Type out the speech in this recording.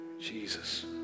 Jesus